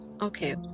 Okay